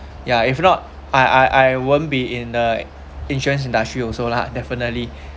ya if not I I I won't be in the insurance industry also lah definitely